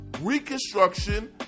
reconstruction